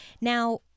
Now